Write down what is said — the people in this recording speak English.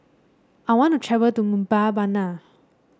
I want to travel to Mbabana